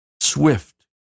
Swift